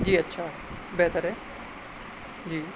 جی اچھا بہتر ہے جی